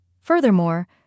Furthermore